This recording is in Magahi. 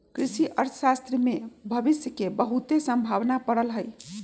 कृषि अर्थशास्त्र में भविश के बहुते संभावना पड़ल हइ